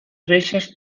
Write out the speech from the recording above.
reixes